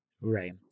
Right